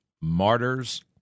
martyrs